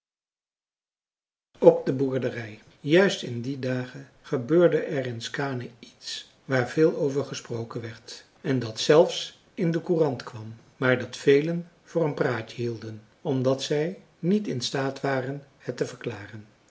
op de boerderij juist in die dagen gebeurde er in skaane iets waar veel over gesproken werd en dat zelfs in de courant kwam maar dat velen voor een praatje hielden omdat zij niet in staat waren het te verklaren